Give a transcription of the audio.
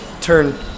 turn